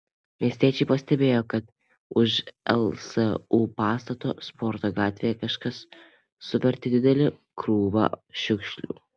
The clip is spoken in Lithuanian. miestiečiai pastebėjo kad už lsu pastato sporto gatvėje kažkas suvertė didelę krūvą šiukšlių